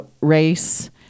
race